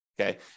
okay